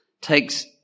takes